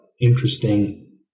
interesting